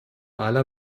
aller